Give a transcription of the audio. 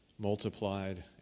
multiplied